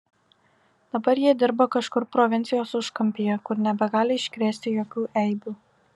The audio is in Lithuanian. dabar jie dirba kažkur provincijos užkampyje kur nebegali iškrėsti jokių eibių